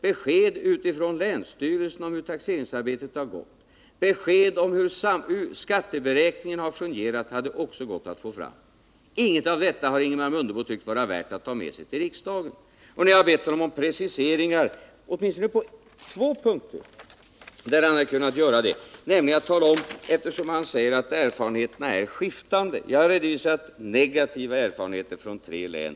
Besked från länsstyrelserna om hur taxeringsarbetet gått och besked om hur skatteberäkningen fungerat hade det också gått att få fram. Ingenting av detta har Ingemar Mundebo tyckt vara värt att ta med sig till riksdagen. Jag har bett om preciseringar åtminstone på någon punkt där sådana kunnat göras. Ingemar Mundebo säger att erfarenheterna är skiftande. Jag har redovisat negativa erfarenheter från tre län.